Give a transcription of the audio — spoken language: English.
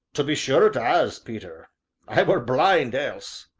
to be sure it as, peter i were blind else.